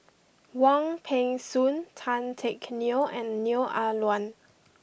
Wong Peng Soon Tan Teck Neo and Neo Ah Luan